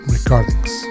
Recordings